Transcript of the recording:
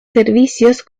servicios